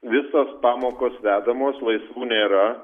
visos pamokos vedamos laisvų nėra